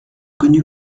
connue